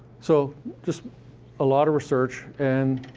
so just a lot of research, and